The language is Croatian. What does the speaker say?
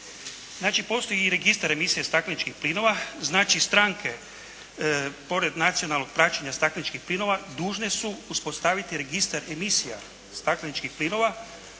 Znači, postoji i registar emisija stakleničkih plinova. Znači, stranke pored nacionalnog praćenja stakleničkih plinova dužne su uspostaviti registar emisija stakleničkih plinova